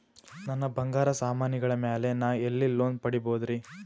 ನನ್ನ ಬಂಗಾರ ಸಾಮಾನಿಗಳ ಮ್ಯಾಲೆ ನಾ ಎಲ್ಲಿ ಲೋನ್ ಪಡಿಬೋದರಿ?